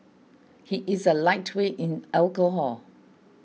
he is a lightweight in alcohol